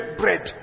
bread